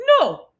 no